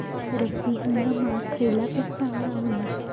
रब्बी हंगामाक खयला पीक चांगला होईत?